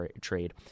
trade